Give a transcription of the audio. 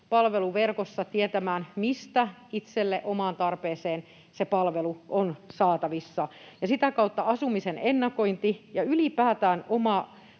palveluverkossa tietämään, mistä itselle, omaan tarpeeseen, se palvelu on saatavissa. Sitä kautta asumisen ennakointi ja ylipäätään